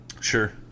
sure